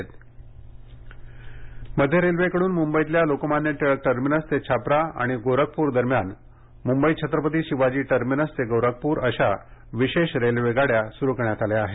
विशेष टेन मध्य रेल्वेकडून मुंबईतल्या लोकमान्य टिळक टर्मिनस ते छपरा आणि गोरखपूर दरम्यान मुंबई छत्रपती शिवाजी टर्मिनस ते गोरखपूर अश्या विशेष रेल्वेगाडया सुरू करण्यात आल्या आहेत